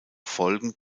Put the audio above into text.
folgen